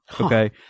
Okay